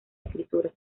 escritura